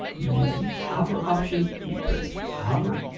you see hover option, you press hover,